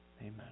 Amen